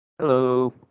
Hello